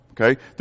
Okay